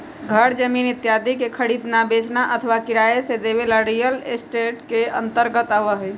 घर जमीन इत्यादि के खरीदना, बेचना अथवा किराया से देवे ला रियल एस्टेट के अंतर्गत आवा हई